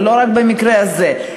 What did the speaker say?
ולא רק במקרה הזה,